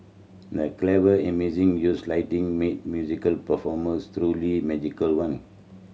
the clever amazing use of lighting made musical performance truly magical one